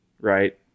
right